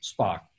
Spock